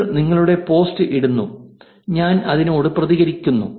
നിങ്ങൾ നിങ്ങളുടെ പോസ്റ്റ് ഇടുന്നു ഞാൻ അതിനോട് പ്രതികരികുന്നു